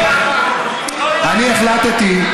אני החלטתי,